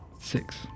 Six